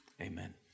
amen